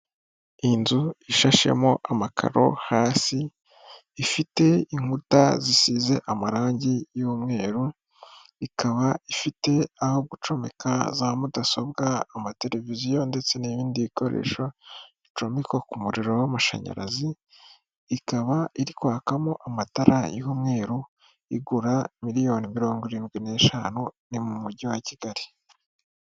Iyi nzu ishashemo amakaro hasi, ifite inkuta zisize amarangi y'umweru , ikaba ifite aho gucomeka za mudasobwa, amateleviziyo ndetse n'ibindi bikoresho bicumekwa ku muriro w'amashanyarazi , ikaba iri kwakamo amatara y'umweru, igura miliyoni mirongo irindwi n'eshanu ni mu mujyi wa Kigali.